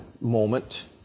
moment